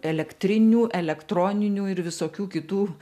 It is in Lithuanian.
elektrinių elektroninių ir visokių kitų